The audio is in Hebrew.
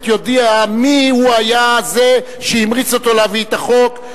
יודיע מי היה זה שהמריץ אותו להביא את החוק,